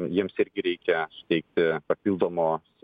jiems irgi reikia suteikti papildomos